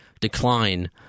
decline